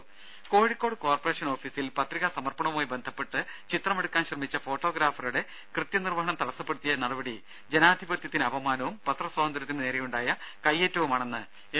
ദേദ കോഴിക്കോട് കോർപ്പറേഷൻ ഓഫിസിൽ പത്രികാ സമർപ്പണവുമായി ബന്ധപ്പെട്ട് ചിത്രമെടുക്കാൻ ശ്രമിച്ച പത്രഫോട്ടോഗ്രാഫറുടെ കൃത്യനിർവഹണം തടസ്സപ്പെടുത്തിയ നടപടി ജനാധിപത്യത്തിന് അപമാനവും പത്ര സ്വാതന്ത്യത്തിന് നേരെയുണ്ടായ കൈയേറ്റവുമാണെന്ന് എം